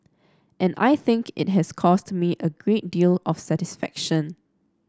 and I think it has caused me a great deal of satisfaction